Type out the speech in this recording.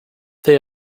they